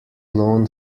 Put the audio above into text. known